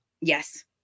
Yes